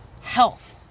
health